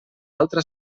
altra